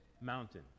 mountain